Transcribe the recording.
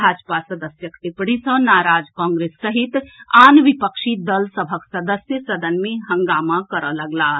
भाजपा सदस्यक टिप्पणी सॅ नाराज कांग्रेस सहित आन विपक्षी दल सभक सदस्य सदन मे हंगामा करए लगलाह